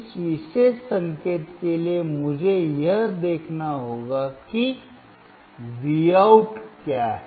इस विशेष संकेत के लिए मुझे यह देखना होगा कि Vout क्या है